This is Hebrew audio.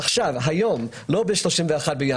עכשיו, היום לא ב-31.01.